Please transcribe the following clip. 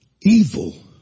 evil